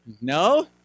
No